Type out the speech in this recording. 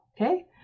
okay